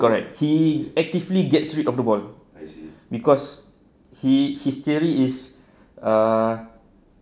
correct he actively gets rid of the ball cause he his theory is err